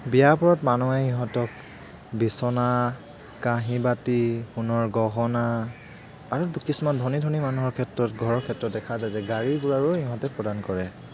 বিয়াবোৰত মানুহে ইহঁতক বিচনা কাঁহী বাতি সোণৰ গহনা আৰু দু কিছুমান ধনী ধনী মানুহৰ ক্ষেত্ৰত ঘৰৰ ক্ষেত্ৰত দেখা যায় যে গাড়ী গুড়াও ইহঁতে প্ৰদান কৰে